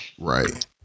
Right